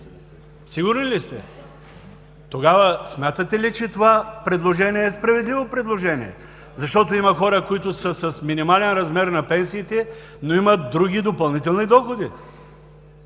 Сигурни ли сте? Тогава смятате ли, че това предложение е справедливо предложение? Защото има хора, които са с минимален размер на пенсиите, но имат други допълнителни доходи.